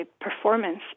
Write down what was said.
performance